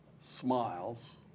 smiles